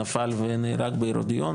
שנפל ונהרג בהרודיון,